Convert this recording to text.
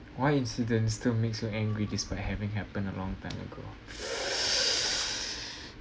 what incident still makes you angry despite having happened a long time ago